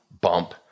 bump